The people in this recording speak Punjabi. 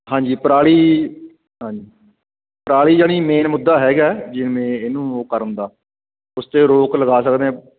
ਹਾਂਜੀ ਪਰਾਲੀ ਹਾਂ ਪਰਾਲੀ ਜਾਨੀ ਮੇਨ ਮੁੱਦਾ ਹੈਗਾ ਜਿਵੇਂ ਇਹਨੂੰ ਕਰਨ ਦਾ ਉਸਤੇ ਰੋਕ ਲਗਾ ਸਕਦੇ ਆ